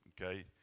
Okay